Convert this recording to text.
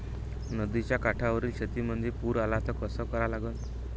नदीच्या काठावरील शेतीमंदी पूर आला त का करा लागन?